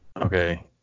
Okay